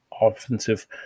offensive